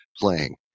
playing